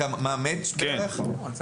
אני מעריך שזה שלושה שבועות.